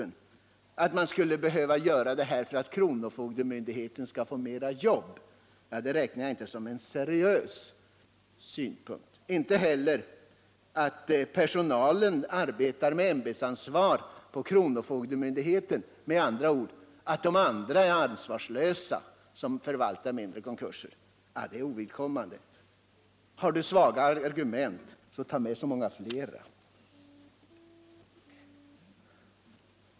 En går ut på att man skulle införa den här ordningen för att kronofogdemyndigheten skulle få mera jobb. Det räknar jag inte som en seriös synpunkt. Inte heller motiveringen att personalen på kronofogdemyndigheten arbetar under ämbetsansvar. Det skulle med andra ord betyda att de som förvaltar andra konkurser är ansvarslösa. Allt detta är ogrundade påståenden och ger belägg för uttrycket: Har du svaga argument, så ta med så många flera!